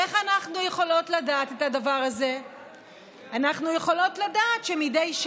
אי-אפשר לקבוע שפלוני לא יכול בכלל להתמנות לתפקיד מסוים.